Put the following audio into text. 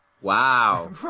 Wow